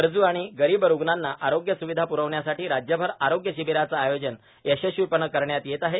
गरजू आणि गरीब रूग्णांना आरोग्य सुविधा पुरविण्यासाठी राज्यभर आरोग्य शिबीराचं आयोजन यशस्वीपणं करण्यात येत आहे